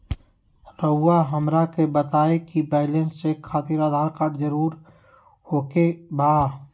रउआ हमरा के बताए कि बैलेंस चेक खातिर आधार कार्ड जरूर ओके बाय?